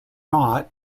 not